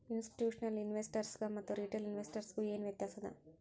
ಇನ್ಸ್ಟಿಟ್ಯೂಷ್ನಲಿನ್ವೆಸ್ಟರ್ಸ್ಗು ಮತ್ತ ರಿಟೇಲ್ ಇನ್ವೆಸ್ಟರ್ಸ್ಗು ಏನ್ ವ್ಯತ್ಯಾಸದ?